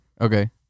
Okay